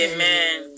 Amen